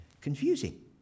Confusing